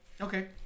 Okay